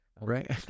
Right